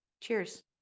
cheers